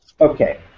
Okay